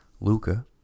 Luca